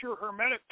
hermetic